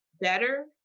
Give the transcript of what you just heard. better